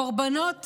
קורבנות